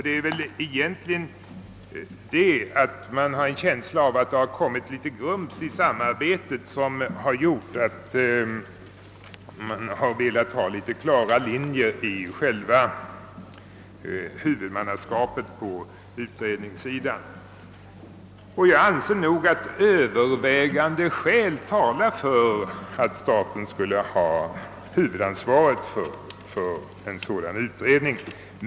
Det är väl på det sättet att man har en känsla av att det kommit grums i samarbetet och detta har gjort att man velat ha klara linjer angående huvudmannaskapet för utredningen. Enligt min mening talar övervägande skäl för att staten skulle ha huvudansvaret för en sådan utredning.